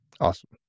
Awesome